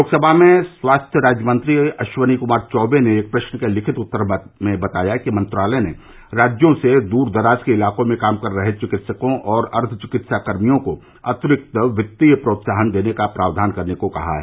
लोकसभा में स्वास्थ्य राज्य मंत्री अश्विनी कुमार चौबे ने एक प्रश्न के लिखित उत्तर में बताया कि मंत्रालय ने राज्यों से दूर दराज के इलाकों में काम कर रहे चिकित्सकों और अर्द्व चिकित्सा कर्मियों को अतिरिक्त वित्तीय प्रोत्साहन देने का प्रावधान करने को कहा है